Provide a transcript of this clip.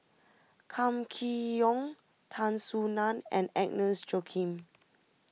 Kam Kee Yong Tan Soo Nan and Agnes Joaquim